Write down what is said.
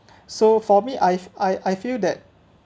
so for me I I I feel that